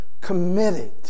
committed